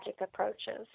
approaches